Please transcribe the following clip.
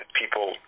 people